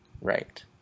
Right